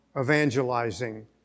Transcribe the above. evangelizing